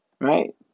right